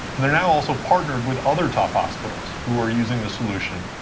they're now also partnered with other top hospitals who are using the solution,